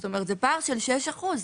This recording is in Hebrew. זאת אומרת, זה פער של שישה אחוזים.